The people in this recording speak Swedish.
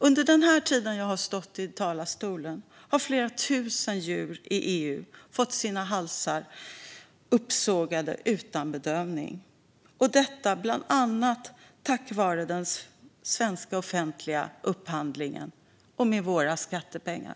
Under den tid som jag har stått här i talarstolen har flera tusen djur i EU fått sina halsar uppsågade utan bedövning, och detta bland annat på grund av den svenska offentliga upphandlingen och med våra skattepengar.